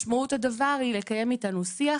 משמעות הדבר היא לקיים איתנו שיח,